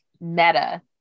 meta